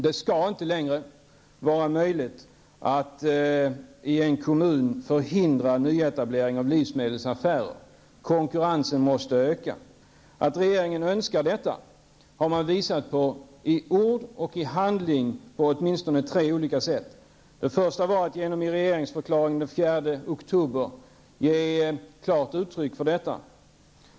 Det skall inte längre vara möjligt i en kommun att förhindra nyetablering av livsmedelsaffärer. Konkurrensen måste öka. Att detta är något som regeringen önskar har den visat i ord och handling på åtminstone tre olika sätt. Det första sättet var att i regeringsförklaringen den 4 oktober ge klart uttryck för detta.